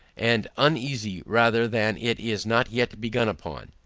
and uneasy rather that it is not yet began upon.